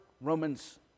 Romans